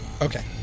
Okay